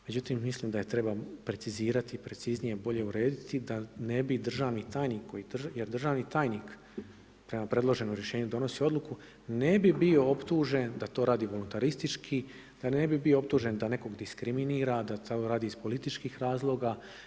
Međutim mislim da ju treba precizirati, preciznije bolje urediti da ne bi državni tajnik, jer državni tajnik prema predloženom rješenju donosi odluku, ne bi bio optužen da to radi voluntaristički, da ne bi bio optužen da nekoga diskriminira, da to radi iz političkih razloga.